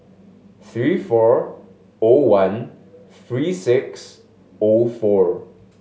three four O one three six O four